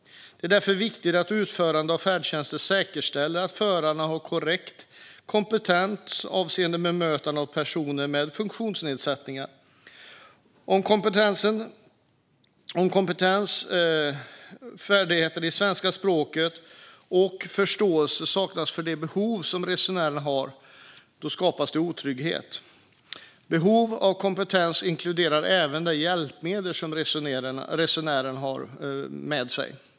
Det är därför viktigt att utföraren av färdtjänsten säkerställer att förarna har korrekt kompetens avseende bemötande av personer med funktionsnedsättningar. Om kompetens, färdigheter i svenska språket och förståelse för resenärernas behov saknas skapas otrygghet. Behovet av kompetens inkluderar även de hjälpmedel som resenären har med sig.